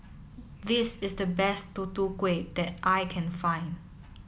this is the best Tutu Kueh that I can find